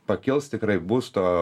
pakils tikrai būsto